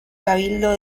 cabildo